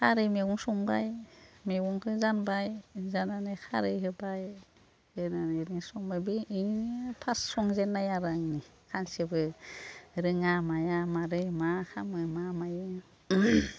खारै मैगं संबाय मैगंखौ जानबाय जान्नानै खारै होबाय ओरैनो ओरैनो संबाय बेनो फार्स्त संजेन्नाय आरो आंनि सानसेबो रोङा माया माबोरै मा खालामो मा मायो